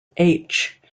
featured